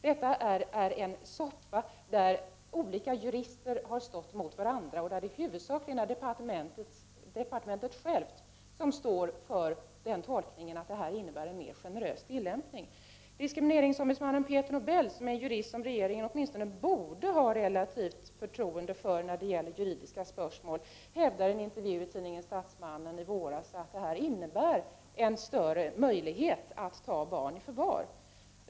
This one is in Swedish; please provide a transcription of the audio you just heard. Detta är en soppa där olika jurister har stått emot varandra och där det huvudsakligen är departementet självt som står för tolkningen att förslaget innebär en mer generös tillämpning. Diskrimineringsombudsmannen Peter Nobel, en jurist som regeringen åtminstone borde ha ett relativt stort förtroende för när det gäller juridiska spörsmål, hävdade i en intervju i tidningen Statsmannen i våras att förslaget innebär en större möjlighet att ta barn i förvar.